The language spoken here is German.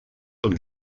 und